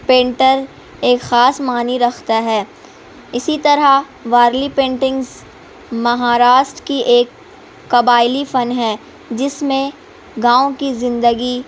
painter ایک خاص مانی رختا ہے اسی طرح وارلی پینٹنگس مہاراشٹر کی ایک قبائلی فن ہے جس میں گاؤں کی زندگی